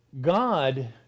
God